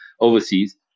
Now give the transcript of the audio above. overseas